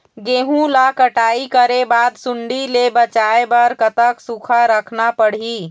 गेहूं ला कटाई करे बाद सुण्डी ले बचाए बर कतक सूखा रखना पड़ही?